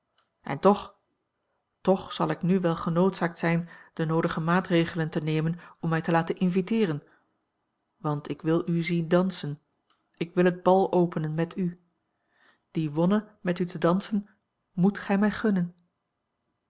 en toch toch zal ik nu wel genoodzaakt zijn de noodige maatregelen te nemen om mij te laten inviteeren want ik wil u zien dansen ik wil het bal openen met u die wonne met u te dansen moet gij mij gunnen